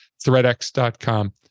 threadx.com